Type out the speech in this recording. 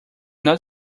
not